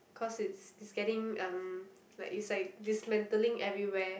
cause it's it's getting um like it's like dismantling everywhere